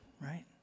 right